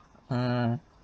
uh